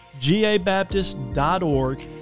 gabaptist.org